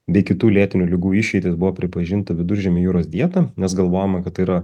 bei kitų lėtinių ligų išeitis buvo pripažinta viduržemio jūros dieta nes galvojama kad tai yra